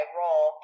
roll